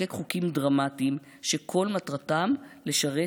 לחוקק חוקים דרמטיים שכל מטרתם לשרת